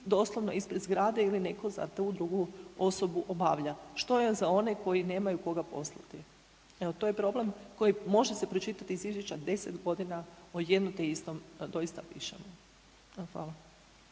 doslovno ispred zgrade ili netko drugi za tu osobu obavlja. Što je za one koji nemaju koga poslati? Evo to je problem koji može se pročitati iz izvješća 10 godina o jedno te istom da doista pišem. Hvala.